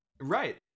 Right